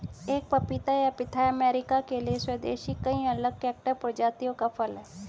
एक पपीता या पिथाया अमेरिका के लिए स्वदेशी कई अलग कैक्टस प्रजातियों का फल है